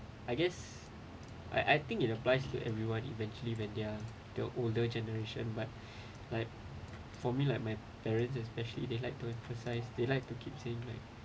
I guess I I think it applies to everyone eventually when they are the older generation but like for me like my parents especially they like to emphasize they like to keep saying like